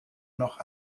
noch